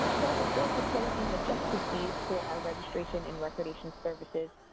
so before proposing adjusted fees for our registration and recordation services,